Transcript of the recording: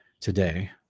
today